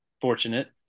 fortunate